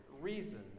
reason